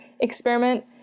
experiment